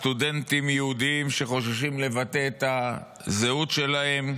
סטודנטים יהודים שחוששים לבטא את הזהות שלהם,